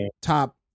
top